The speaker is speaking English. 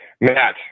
Matt